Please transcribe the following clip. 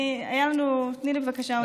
היה לנו, תני לי, בבקשה, עוד דקה לסיים.